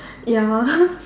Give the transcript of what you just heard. ya